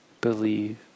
believe